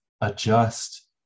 adjust